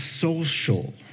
social